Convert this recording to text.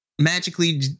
magically